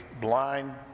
blind